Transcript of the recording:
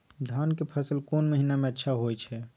धान के फसल कोन महिना में अच्छा होय छै?